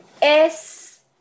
¿Es